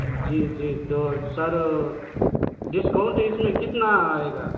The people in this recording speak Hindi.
जी जी तो सर डिस्काउंट इस में कितना आएगा